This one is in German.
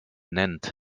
nennt